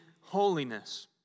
holiness